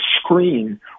screen